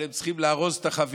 אבל הם צריכים לארוז את החבילות,